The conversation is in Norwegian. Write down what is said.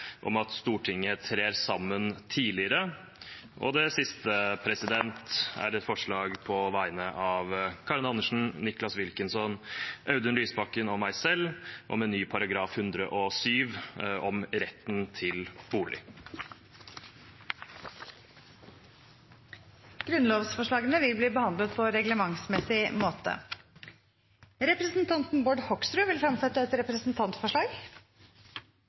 om at Stortinget trer sammen tidligere. Det siste er et forslag på vegne av Karin Andersen, Nicholas Wilkinson, Audun Lysbakken og meg selv om en ny § 107 om retten til bolig. Grunnlovsforslagene vil bli behandlet på reglementsmessig måte. Representanten Bård Hoksrud vil fremsette et representantforslag.